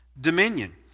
dominion